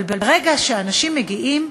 אבל ברגע שאנשים מגיעים,